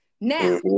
Now